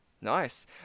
Nice